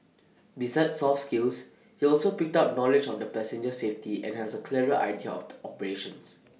besides soft skills he also picked up knowledge of the passenger safety and has A clearer idea of the operations